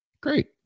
Great